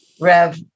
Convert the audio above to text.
Rev